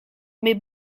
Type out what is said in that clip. mais